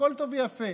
הכול טוב ויפה,